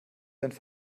deinen